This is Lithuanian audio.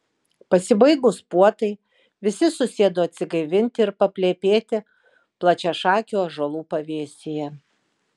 pasibaigus puotai visi susėdo atsigaivinti ir paplepėti plačiašakių ąžuolų pavėsyje